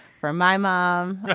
from my mom. ah